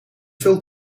veel